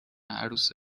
عروس